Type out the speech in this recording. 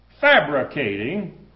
fabricating